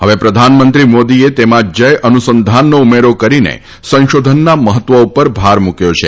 હવે પ્રધાનમંત્રી મોદીએ તેમાં જય અનુસંધાનનો ઉમેરો કરીને સંશોધનના મહત્વ ઉપર ભાર મૂક્યો છે